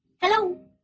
Hello